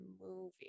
movie